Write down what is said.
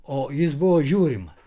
o jis buvo žiūrimas